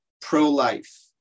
pro-life